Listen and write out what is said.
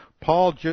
Paul